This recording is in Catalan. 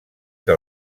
que